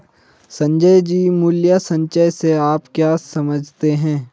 संजय जी, मूल्य संचय से आप क्या समझते हैं?